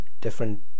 different